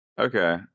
Okay